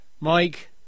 Mike